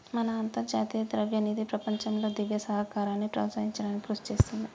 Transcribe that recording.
మన అంతర్జాతీయ ద్రవ్యనిధి ప్రపంచంలో దివ్య సహకారాన్ని ప్రోత్సహించడానికి కృషి చేస్తుంది